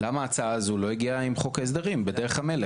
למה ההצעה הזו לא הגיע עם חוק ההסדרים, בדרך המלך?